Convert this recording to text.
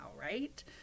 right